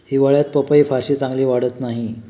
हिवाळ्यात पपई फारशी चांगली वाढत नाही